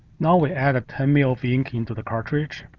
now we add ten mil of ink into the cartridge.